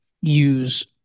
use